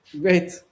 Great